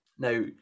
Now